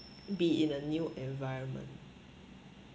be in a new environment